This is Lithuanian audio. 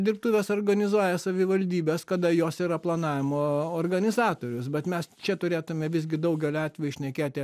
dirbtuves organizuoja savivaldybės kada jos yra planavimo organizatorius bet mes čia turėtume visgi daugeliu atveju šnekėti